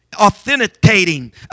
authenticating